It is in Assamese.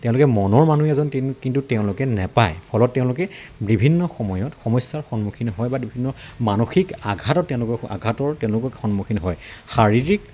তেওঁলোকে মনৰ মানুহ এজন কিন কিন্তু তেওঁলোকে নেপায় ফলত তেওঁলোকে বিভিন্ন সময়ত সমস্যাৰ সন্মুখীন হয় বা বিভিন্ন মানসিক আঘাটত তেওঁলোকক আঘাটৰ তেওঁলোকক সন্মুখীন হয় শাৰীৰিক